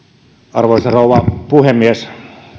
arvoisa rouva puhemies